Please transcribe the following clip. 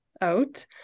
out